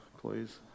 please